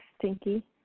stinky